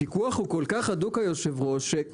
הפיקוח הוא כל כך הדוק היושב ראש,